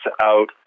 out